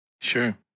Sure